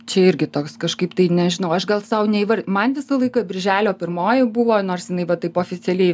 čia irgi toks kažkaip tai nežinau aš gal sau neįvarei man visą laiką birželio pirmoji buvo nors jinai va taip oficialiai